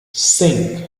cinq